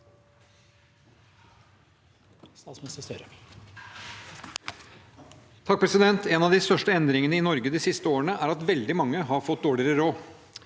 Støre En av de største endringene i Norge de siste årene er at veldig mange har fått dårligere råd.